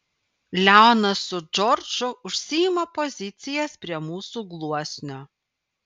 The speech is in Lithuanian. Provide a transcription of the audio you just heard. leonas su džordžu užsiima pozicijas prie mūsų gluosnio